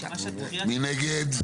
5 נגד,